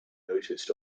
noticed